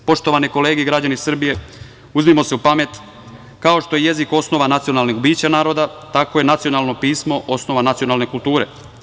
Poštovane kolege, građani Srbije, uzmimo se u pamet, kao što je jezik osnova nacionalnih bića naroda, tako je nacionalno pismo osnova nacionalne kulture.